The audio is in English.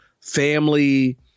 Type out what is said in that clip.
family